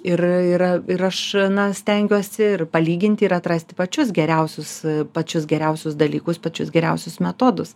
ir ir aš na stengiuosi ir palyginti ir atrasti pačius geriausius pačius geriausius dalykus pačius geriausius metodus